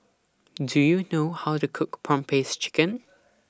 Do YOU know How to Cook Prawn Paste Chicken